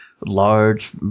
large